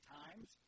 times